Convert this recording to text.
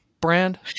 brand